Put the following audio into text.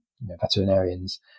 veterinarians